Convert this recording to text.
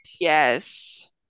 Yes